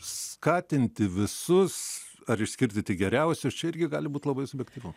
skatinti visus ar išskirti tik geriausius čia irgi gali būt labai subjektyvu